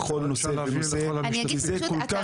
בכל נושא ונושא כי זה מאוד חשוב לכולם?